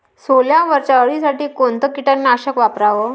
सोल्यावरच्या अळीसाठी कोनतं कीटकनाशक वापराव?